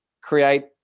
create